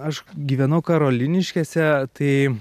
aš gyvenau karoliniškėse tai